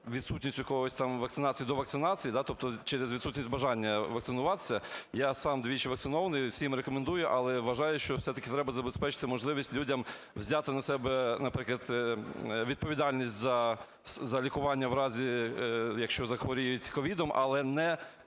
відсутність у когось там вакцинації, довакцинації, тобто через відсутність бажання вакцинуватися. Я сам двічі вакцинований, всім рекомендую, але вважаю, що все-таки треба забезпечити можливість людям взяти на себе, наприклад, відповідальність за лікування в разі, якщо захворіють COVID, але не